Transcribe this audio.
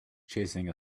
chasing